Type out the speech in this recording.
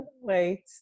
wait